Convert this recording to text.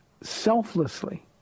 selflessly